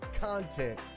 content